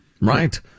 Right